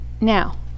Now